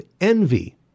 Envy